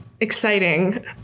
Exciting